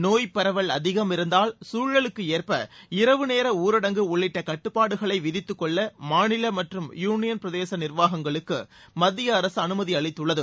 நோய் பரவல் அதிகம் இருந்தால் சூழலுக்கு ஏற்ப இரவு நேர ஊரடங்கு உள்ளிட்ட கட்டுப்பாடுகளை விதித்துக்கொள்ள மாநில மற்றும் யூனியன் பிரதேச நிர்வாகங்களுக்கு மத்திய அரசு அனுமதி அளித்துள்ளது